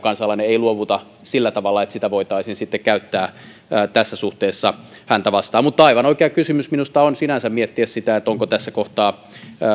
kansalainen ei luovuta sillä tavalla että sitä voitaisiin sitten käyttää tässä suhteessa häntä vastaan mutta aivan oikea kysymys minusta on sinänsä miettiä sitä onko tässä kohtaa